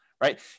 right